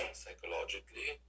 psychologically